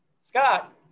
Scott